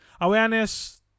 awareness